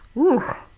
whew!